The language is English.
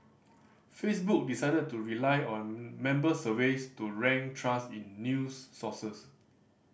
Facebook decided to rely on member surveys to rank trust in news sources